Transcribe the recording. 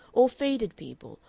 or faded people,